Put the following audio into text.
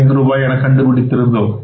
675 ரூபாய் என கண்டுபிடித்து இருந்தோம்